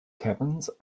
caverns